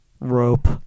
Rope